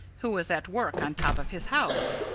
who was at work on top of his house.